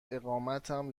اقامتم